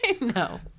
no